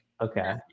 okay